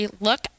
Look